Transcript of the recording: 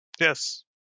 Yes